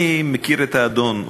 אני מכיר את האדון,